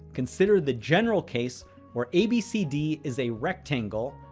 consider the general case where abcd is a rectangle,